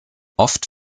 oft